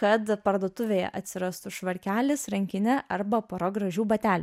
kad parduotuvėje atsirastų švarkelis rankinė arba pora gražių batelių